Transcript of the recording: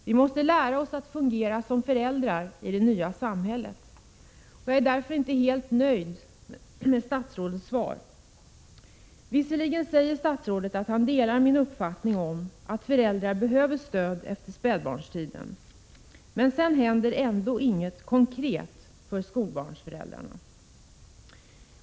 Vi måste lära oss att fungera som föräldrar i det nya samhället. Jag är inte helt nöjd med statsrådets svar. Visserligen säger statsrådet att han delar min uppfattning om att föräldrar behöver stöd efter spädbarnstiden, men sedan händer ändå inget konkret för skolbarnsföräldrarna.